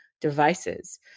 devices